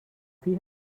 فیه